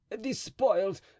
despoiled